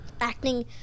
acting